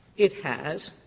it has,